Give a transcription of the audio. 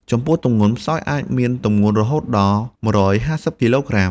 ចំពោះទម្ងន់ ផ្សោតអាចមានទម្ងន់រហូតដល់ ១៥០ គីឡូក្រាម។